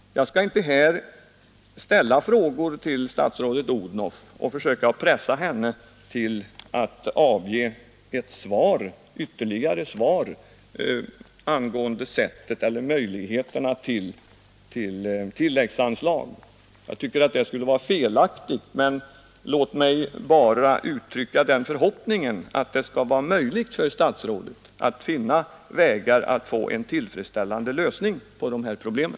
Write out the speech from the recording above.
Jag skall inte här ställa frågor till statsrådet Odhnoff och försöka pressa henne till att avge ytterligare svar angående sättet eller möjligheterna till tilläggsanslag. Jag tycker att det skulle vara felaktigt, men låt mig bara uttrycka den förhoppningen att det skall vara möjligt för statsrådet att finna vägar för en tillfredsställande lösning på de här problemen.